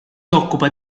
occupa